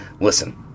Listen